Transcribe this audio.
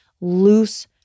loose